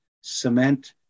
cement